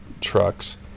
trucks